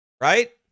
Right